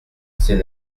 c’est